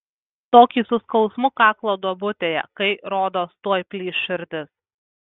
tokį su skausmu kaklo duobutėje kai rodos tuoj plyš širdis